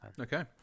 Okay